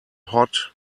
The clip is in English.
hot